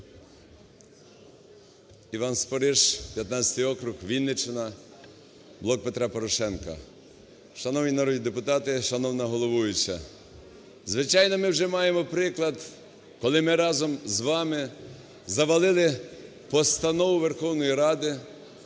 Іван Спориш, 15 округ, Вінниччина, "Блок Петра Порошенка". Шановні народні депутати, шановна головуюча! Звичайно, ми вже маємо приклад, коли ми разом з вами завалили Постанову Верховної Ради,